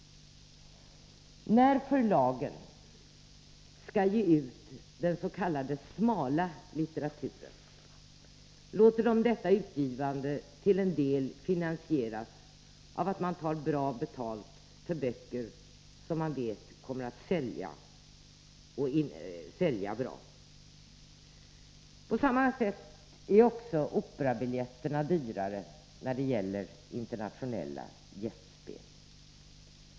När förlagen skall ge ut den s.k. smala litteraturen låter de detta utgivande till en del finansieras av att man tar bra betalt för böcker som man vet kommer att sälja bra. Likaså är operabiljetterna dyrare i samband med internationella gästspel.